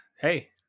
hey